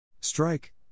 Strike